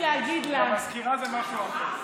למזכירה זה משהו אחר.